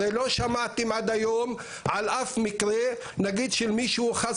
הרי לא שמעתם עד היום על אף מקרה נגיד של מישהו חס